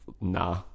nah